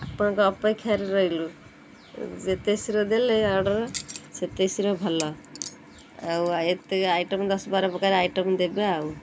ଆପଣଙ୍କ ଅପେକ୍ଷାରେ ରହିଲୁ ଯେତେ ଶୀଘ୍ର ଦେଲେ ଅର୍ଡ଼ର ସେତେ ଶୀଘ୍ର ଭଲ ଆଉ ଏତେ ଆଇଟମ୍ ଦଶ ବାର ପ୍ରକାର ଆଇଟମ୍ ଦେବେ ଆଉ